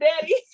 daddy